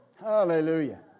Hallelujah